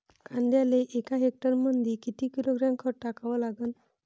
कांद्याले एका हेक्टरमंदी किती किलोग्रॅम खत टाकावं लागन?